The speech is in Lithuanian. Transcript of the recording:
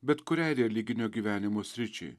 bet kuriai religinio gyvenimo sričiai